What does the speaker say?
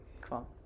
Cool